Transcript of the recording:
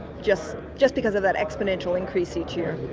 just, just because of that exponential increase each year.